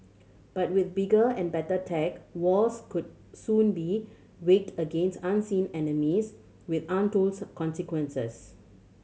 but with bigger and better tech wars could soon be waged against unseen enemies with untold consequences